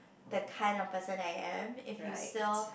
the kind of person I am if you still